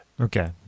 Okay